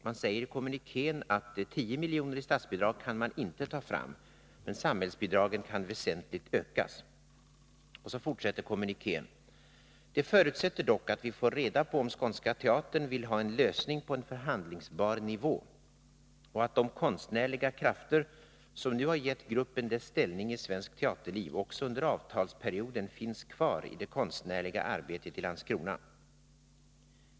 Man säger i kommunikén att 10 miljoner i statsbidrag kan man inte ta fram, men samhällsbidragen kan väsentligt ökas. Sedan fortsätter kommunikén: Det förutsätter dock att vi får reda på om Skånska Teatern vill ha en lösning på en förhandlingsbar nivå och att de konstnärliga krafter som nu gett gruppen dess ställning i svenskt teaterliv också under avtalsperioden finns kvar i det konstnärliga arbetet i Landskrona.